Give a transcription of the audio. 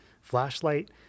flashlight